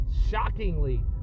shockingly